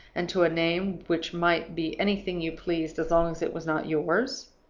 and to a name which might be anything you pleased, as long as it was not yours?